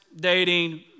dating